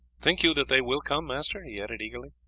think you that they will come, master? he added eagerly.